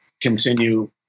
continue